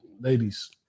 ladies